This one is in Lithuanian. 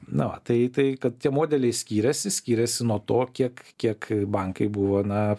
na va tai tai kad tie modeliai skiriasi skiriasi nuo to kiek kiek bankai buvo na